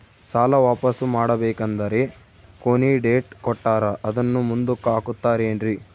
ಸಾಲ ವಾಪಾಸ್ಸು ಮಾಡಬೇಕಂದರೆ ಕೊನಿ ಡೇಟ್ ಕೊಟ್ಟಾರ ಅದನ್ನು ಮುಂದುಕ್ಕ ಹಾಕುತ್ತಾರೇನ್ರಿ?